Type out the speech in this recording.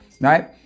right